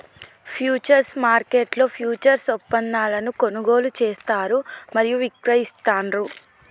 futures మార్కెట్లో futures ఒప్పందాలను కొనుగోలు చేస్తారు మరియు విక్రయిస్తాండ్రు